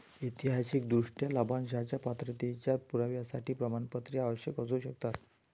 ऐतिहासिकदृष्ट्या, लाभांशाच्या पात्रतेच्या पुराव्यासाठी प्रमाणपत्रे आवश्यक असू शकतात